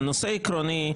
בנושא העקרוני.